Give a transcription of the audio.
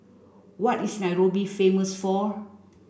what is Nairobi famous for